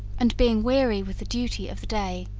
and being weary with the duty of the day,